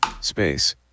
Space